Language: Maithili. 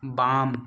वाम